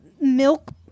milk